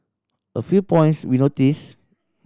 a few points we noticed